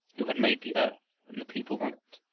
who had made the earth and the people on it,